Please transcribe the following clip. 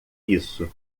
isso